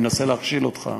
הוא מנסה להכשיל אותך,